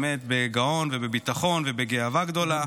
באמת בגאון ובביטחון ובגאווה גדולה.